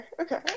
okay